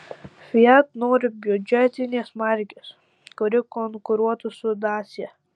fiat nori biudžetinės markės kuri konkuruotų su dacia